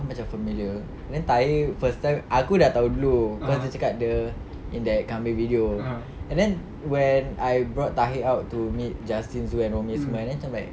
kau macam familiar then tahir first time aku dah tahu dulu cause dia cakap dia in that kambing video and then when I brought tahir out to meet justin zul rumi semua and then macam like